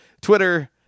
Twitter